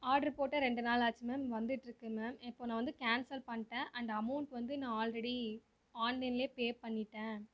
order போட்டு ரெண்டு நாள் ஆச்சு மேம் வந்துட்டிருக்கு மேம் இப்போ நான் வந்து கேன்சல் பண்ணிடேன் அந்த அமௌண்ட் வந்து நான் ஆல்ரெடி ஆன்லைன்லே பே பண்ணிட்டேன்